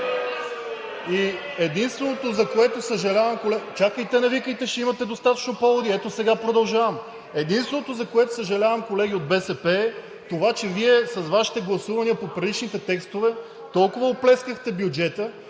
Единственото, за което съжалявам, колеги от БСП, е това, че Вие с Вашите гласувания по предишните текстове толкова оплескахте бюджета,